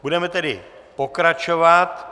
Budeme tedy pokračovat.